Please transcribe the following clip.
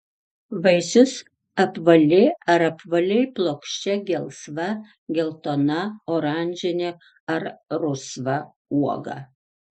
vaisius apvali ar apvaliai plokščia gelsva geltona oranžinė ar rusva uoga